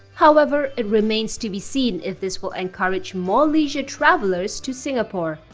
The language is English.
however, it remains to be seen if this will encourage more leisure travelers to singapore.